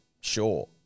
sure